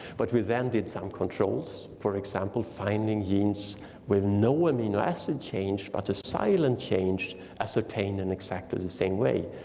but we then did some controls, for example, finding genes with no amino acid change but a silent change as obtained in exactly the and same way.